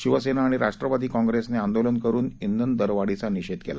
शिवसेना आणि राष्ट्रवादी काँग्रेसने आंदोलन करून श्विन दरवाढीचा निषेध केला